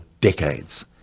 decades